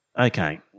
Okay